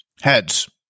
heads